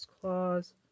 clause